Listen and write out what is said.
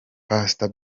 pastor